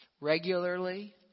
regularly